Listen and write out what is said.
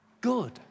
good